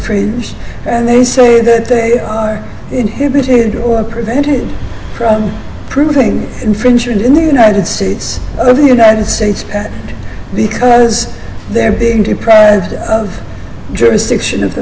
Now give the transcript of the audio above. infringed and they say that they are inhibited or prevented from proving infringement in the united states of the united states because they're being deprived jurisdiction of the